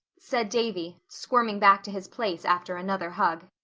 said davy, squirming back to his place after another hug.